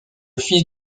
fils